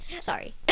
sorry